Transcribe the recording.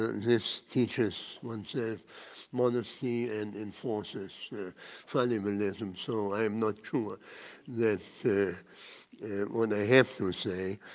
this teaches oneself modesty and enforces fundamentalism so i am not sure that what i have to say